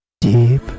deep